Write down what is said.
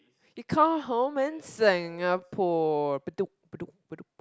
you call home in Singapore Bedok Bedok Bedok